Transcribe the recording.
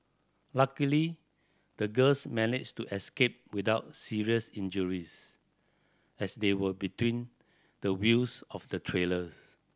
luckily the girls managed to escape without serious injuries as they were between the wheels of the trailers